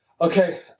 Okay